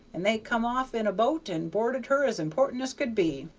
and they come off in a boat and boarded her as important as could be.